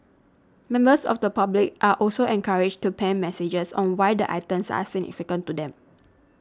members of the public are also encouraged to pen messages on why the items are significant to them